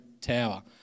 tower